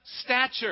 stature